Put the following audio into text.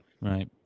Right